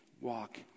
Walk